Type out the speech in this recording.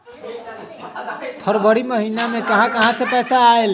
फरवरी महिना मे कहा कहा से पैसा आएल?